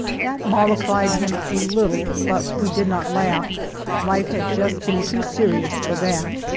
that mollified him a little, but we did not laugh life had just been too serious for that.